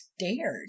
stared